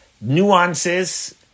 nuances